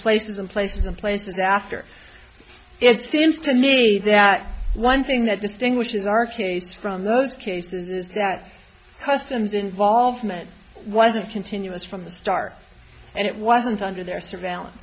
places and places some places after it seems to me that one thing that distinguishes our case from those cases is that customs involvement wasn't continuous from the start and it wasn't under their surveillance